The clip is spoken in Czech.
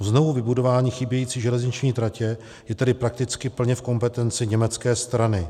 Znovuvybudování chybějící železniční tratě je tedy prakticky plně v kompetenci německé strany.